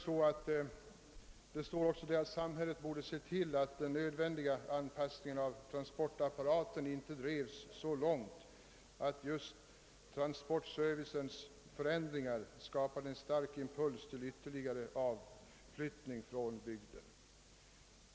Det står också att samhället borde se till att den nödvändiga anpassningen av transportapparaten inte drevs så långt, att just transportservicens förändringar skapade en stark impuls till ytterligare avflyttning från bygden.